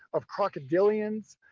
of crocodilians.